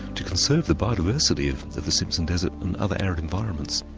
to conserve the biodiversity of the the simpson desert and other arid environments.